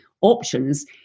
options